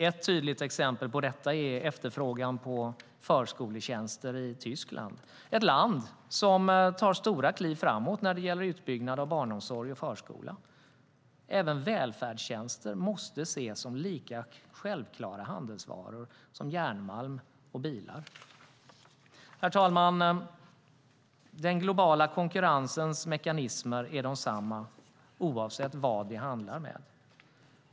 Ett tydligt exempel på detta är efterfrågan på förskoletjänster i Tyskland, ett land som tar stora kliv framåt när det gäller utbyggnad av barnomsorg och förskola. Även välfärdstjänster måste ses som lika självklara handelsvaror som järnmalm och bilar. Herr talman! Den globala konkurrensens mekanismer är desamma, oavsett vad vi handlar med.